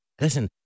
Listen